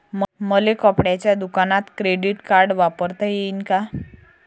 मले कपड्याच्या दुकानात क्रेडिट कार्ड वापरता येईन का?